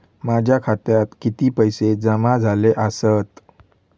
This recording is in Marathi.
माझ्या खात्यात किती पैसे जमा झाले आसत?